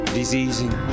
diseasing